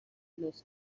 los